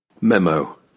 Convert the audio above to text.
Memo